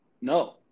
No